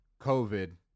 COVID